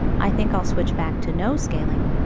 i think i'll switch back to no scaling.